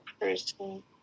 person